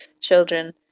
children